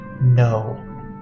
No